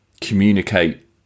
communicate